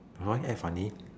I don't want add funny